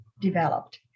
developed